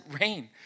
rain